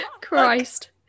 Christ